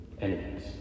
enemies